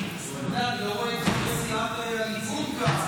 בדיון, אני לא רואה חברי סיעת הליכוד כאן.